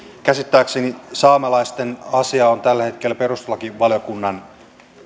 käsittääkseni saamelaisten asia on tällä hetkellä perustuslakivaliokunnan